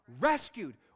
rescued